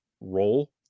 role